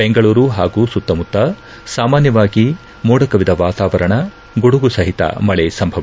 ಬೆಂಗಳೂರು ಹಾಗೂ ಸುತ್ತಮುತ್ತ ಸಾಮಾನ್ಯವಾಗಿ ಮೋಡ ಕವಿದ ವಾತಾವರಣ ಗುಡುಗುಸಹಿತ ಮಳಿ ಸಂಭವ